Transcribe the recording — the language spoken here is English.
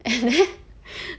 and then